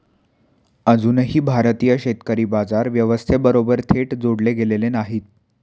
अजूनही भारतीय शेतकरी बाजार व्यवस्थेबरोबर थेट जोडले गेलेले नाहीत